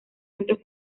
centros